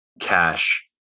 cash